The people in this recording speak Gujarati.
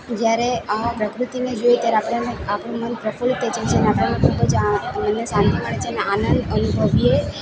જ્યારે પ્રકૃતિને જોઈ ત્યારે આપણાને આપણું મન પ્રફુલ્લિત થઈ જાય છે ને આપણાને ખૂબ જ મનને શાંતિ મળે છે અને આનંદ અનુભવીએ